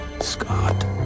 Scott